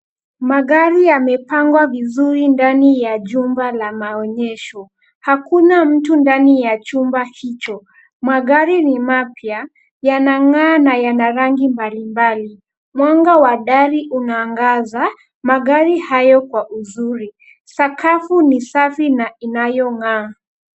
Magari yamepangwa vizuri ndani ya jumba la maonyesho. Hakuna mtu ndani ya chumba hicho. Magari ni mapya, yanang'aa na yana rangi mbalimbali. Mwanga wa dari unaangaza, magari hayo kwa uzuri. Sakafu ni safi na inayong'aa.